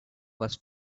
was